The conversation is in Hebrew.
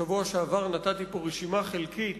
בשבוע שעבר נתתי פה רשימה חלקית